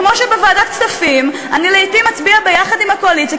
וכמו שבוועדת הכספים אני לעתים אצביע ביחד עם הקואליציה,